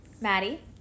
Maddie